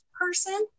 person